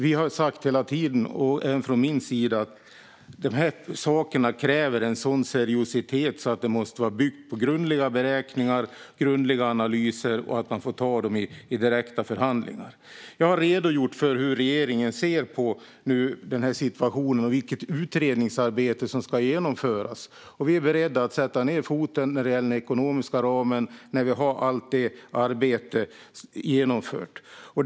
Vi, och även jag, har hela tiden sagt att detta kräver en sådan seriositet att det måste byggas på grundliga beräkningar och analyser och att det måste ske i direkta förhandlingar. Jag har redogjort för hur regeringen ser på situationen och vilket utredningsarbete som ska genomföras. Vi är beredda att sätta ned foten vad gäller den ekonomiska ramen när vi har genomfört allt detta arbete.